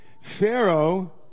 Pharaoh